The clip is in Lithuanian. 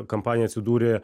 kampanija atsidūrė